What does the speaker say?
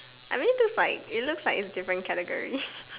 I mean its like it looks like its different category